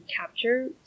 capture